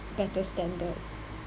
better standards